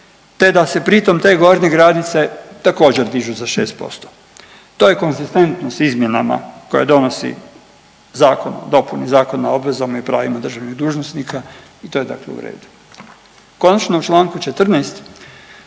te da se pritom te gornje granice također dižu za 6%. To je konzistentno s izmjenama koje donosi Zakon o dopuni Zakona o obvezama i pravima državnih dužnosnika i to je dakle u redu. Konačno u Članku 14.